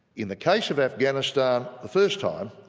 in the case of afghanistan the first time,